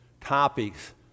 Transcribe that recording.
topics